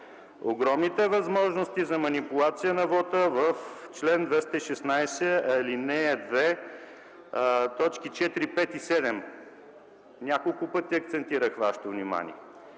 огромните възможности за манипулация на вота в чл. 216, ал. 2, т. 4, 5 и 7. Няколко пъти акцентирах вашето внимание.